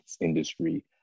industry